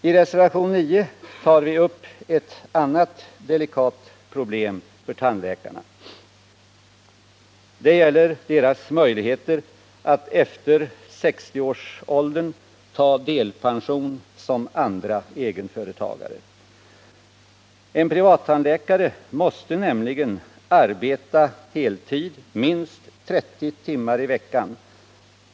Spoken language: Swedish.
I reservation 9 tar vi upp ett annat delikat problem för tandläkarna. Det gäller deras möjligheter att som andra egenföretagare efter 60 års ålder ta delpension. En privattandläkare måste nämligen arbeta heltid eller minst 30 timmar i veckan.